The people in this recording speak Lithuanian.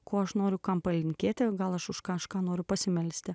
ko aš noriu kam palinkėti gal aš už kažką noriu pasimelsti